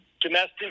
domestic